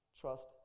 Trust